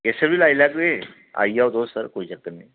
हां जी किश बी लाई लैगे आई आओ तुस कोई चक्कर नी